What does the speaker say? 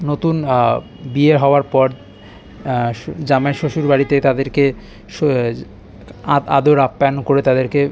নতুন বিয়ে হওয়ার পর শ জামাই শ্বশুর বাড়িতে তাদেরকে শ আ আদর আপ্যায়ন করে তাদেরকে